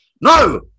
no